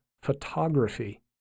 photography